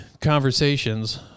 conversations